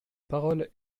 parole